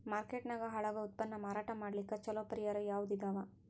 Market ನಾಗ ಹಾಳಾಗೋ ಉತ್ಪನ್ನ ಮಾರಾಟ ಮಾಡಲಿಕ್ಕ ಚಲೋ ಪರಿಹಾರ ಯಾವುದ್ ಇದಾವ?